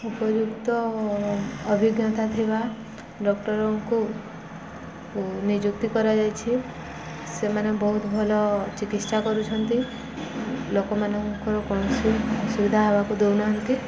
ଉପଯୁକ୍ତ ଅଭିଜ୍ଞତା ଥିବା ଡକ୍ଟରଙ୍କୁ ନିଯୁକ୍ତି କରାଯାଇଛି ସେମାନେ ବହୁତ ଭଲ ଚିକିତ୍ସା କରୁଛନ୍ତି ଲୋକମାନଙ୍କର କୌଣସି ସୁବିଧା ହେବାକୁ ଦେଉନାହାନ୍ତି